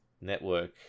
Network